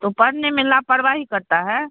तो पढ़ने में लापरवाही करता है